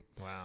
Wow